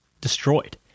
destroyed